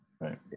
Right